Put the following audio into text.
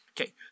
okay